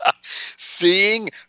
Seeing